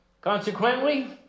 Consequently